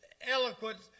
eloquent